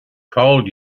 called